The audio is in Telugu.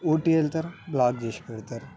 ఊటి వెళ్తారు లాగ్ చేసి పెడతారు